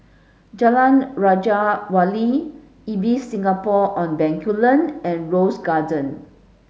Jalan Raja Wali Ibis Singapore on Bencoolen and Rose Lane